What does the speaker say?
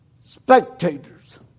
Spectators